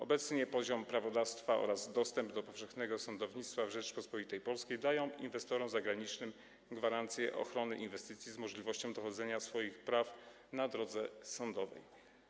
Obecnie poziom prawodawstwa oraz dostęp do powszechnego sądownictwa w Rzeczypospolitej Polskiej dają inwestorom zagranicznym gwarancję ochrony inwestycji z możliwością dochodzenia swoich praw na drodze sądowej.